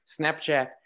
Snapchat